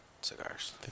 cigars